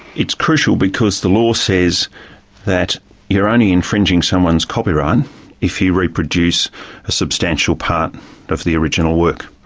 it's crucial because the law says that you're only infringing someone's copyright if you reproduce a substantial part of the original work.